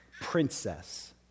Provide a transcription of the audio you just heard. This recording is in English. princess